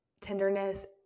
tenderness